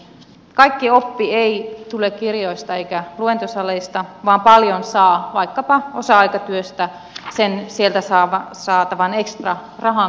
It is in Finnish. kaikki oppi ei tule kirjoista eikä luentosaleista vaan paljon saa vaikkapa osa aikatyöstä sen sieltä saatavan ekstrarahankin lisäksi